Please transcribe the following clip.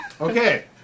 Okay